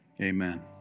amen